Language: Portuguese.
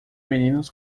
meninos